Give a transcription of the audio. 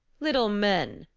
little men,